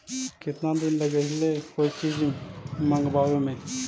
केतना दिन लगहइ कोई चीज मँगवावे में?